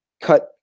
cut